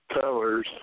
colors